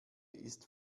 ist